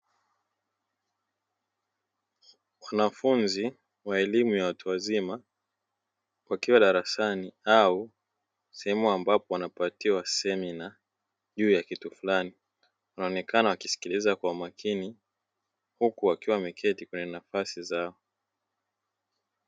Wanafunzi wa elimu ya watu wazima wakiwa darasani au sehemu ambapo wanapatiwa semina juu ya kitu fulani, wanaonekana wakisikiliza kwa umakini huku wakiwa wameketi kwenye nafasi zao.